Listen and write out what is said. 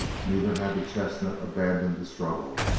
neither had the chestnut abandoned the struggle.